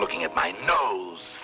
looking at my nose